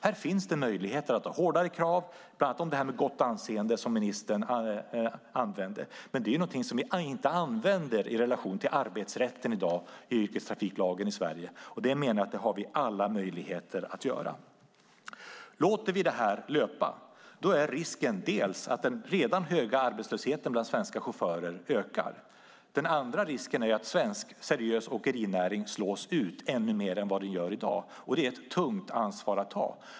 Här finns det möjligheter att ha hårdare krav, bland annat på detta med gott anseende som ministern nämnde. Men det är någonting som vi inte använder i relation till arbetsrätten i dag i yrkestrafiklagen i Sverige, och det menar jag att vi har alla möjligheter att göra. Låter vi det här löpa är risken dels att den redan höga arbetslösheten bland svenska chaufförer ökar, dels att svensk seriös åkerinäring slås ut ännu mer än vad den gör i dag. Det är ett tungt ansvar att ta.